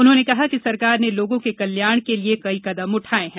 उन्होंने कहा कि सरकार ने लोगों के कल्याण के लिए कई कदम उठाये है